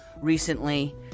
recently